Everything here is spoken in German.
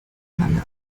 lange